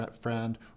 friend